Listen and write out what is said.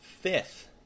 fifth